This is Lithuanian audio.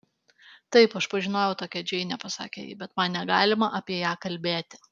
taip aš pažinojau tokią džeinę pasakė ji bet man negalima apie ją kalbėti